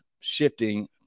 shifting